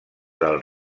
del